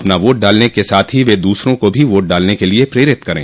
अपना वोट डालने के साथ ही वे दूसरों को भी वोट डालने के लिये प्रेरित करें